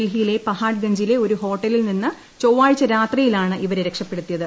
ഡൽഹിയിലെ പഹാഡ്ഗഞ്ചിലെ ഒരു ഹോട്ടലിൽ നിന്ന് ചൊവ്വാഴ്ച രാത്രിയിലാണ് ഇവരെ രക്ഷപ്പെടുത്തിയത്